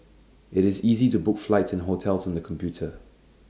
IT is easy to book flights and hotels on the computer